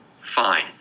Fine